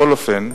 בכל אופן,